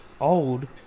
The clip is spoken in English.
old